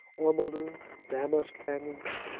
ormolu, damask hangings,